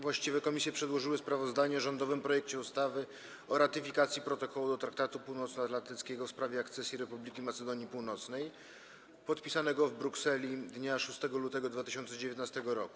Właściwe komisje przedłożyły sprawozdanie o rządowym projekcie ustawy o ratyfikacji Protokołu do Traktatu Północnoatlantyckiego w sprawie akcesji Republiki Macedonii Północnej, podpisanego w Brukseli dnia 6 lutego 2019 r.